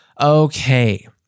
Okay